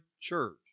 church